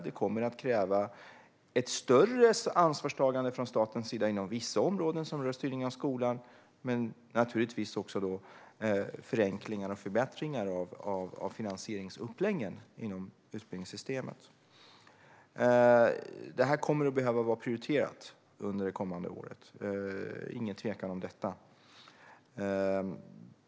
Det kommer att kräva ett större ansvarstagande från statens sida inom vissa områden som rör styrningen av skolan men naturligtvis också förenklingar och förbättringar av finansieringsuppläggen inom utbildningssystemet. Det här kommer att behöva prioriteras under det kommande året. Det är ingen tvekan om det.